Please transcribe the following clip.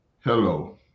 Hello